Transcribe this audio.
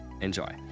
Enjoy